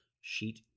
sheet